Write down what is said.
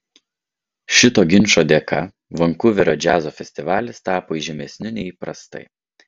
šito ginčo dėka vankuverio džiazo festivalis tapo įžymesniu nei įprastai